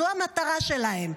זו המטרה שלהם.